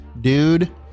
dude